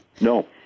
No